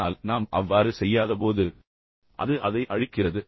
ஆனால் நாம் அவ்வாறு செய்யாதபோது அது அதை அழிக்கிறது